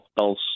else